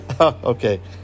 Okay